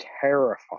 terrified